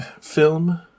film